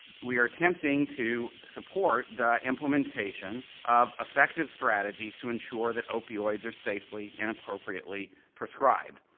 we are attempting to support the implementation of effective strategies to ensure that opioids are safely and appropriately prescribed.